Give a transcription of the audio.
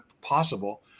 possible